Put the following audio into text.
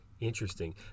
Interesting